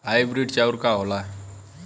Hybrid चाउर का होला?